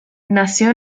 nació